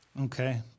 Okay